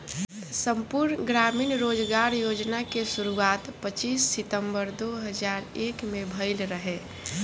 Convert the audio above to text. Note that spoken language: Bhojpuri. संपूर्ण ग्रामीण रोजगार योजना के शुरुआत पच्चीस सितंबर दो हज़ार एक में भइल रहे